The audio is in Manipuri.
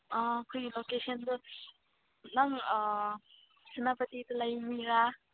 ꯀꯔꯤ ꯂꯣꯀꯦꯁꯟꯗꯣ ꯅꯪ ꯁꯦꯅꯥꯄꯇꯤꯗ ꯂꯩꯔꯤꯔꯥ